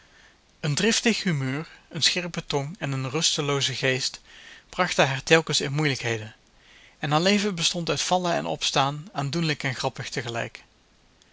een driftig humeur een scherpe tong en een rustelooze geest brachten haar telkens in moeilijkheden en haar leven bestond uit vallen en opstaan aandoenlijk en grappig tegelijk